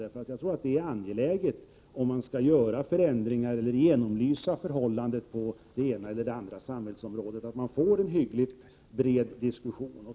Om förändringar skall göras eller förhållanden genomlysas på det ena eller andra samhällsområdet är det angeläget att få till stånd en hyggligt bred diskussion.